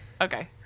okay